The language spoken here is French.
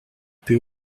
peut